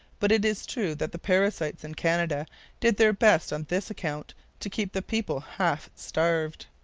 but it is true that the parasites in canada did their best on this account to keep the people half starved.